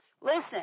Listen